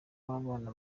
w’abana